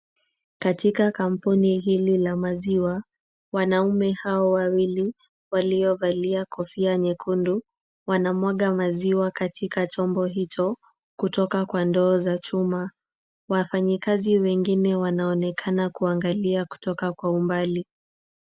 Katika kampuni hili la maziwa, wanaume hao wawili, waliovalia kofia nyekundu , wanamwaga maziwa katika chombo hicho kutoka kwa ndoo za chuma. Wafanyakazi wengine wanaonekana kuangalia kutoka kwa umbali.